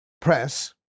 Press